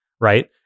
Right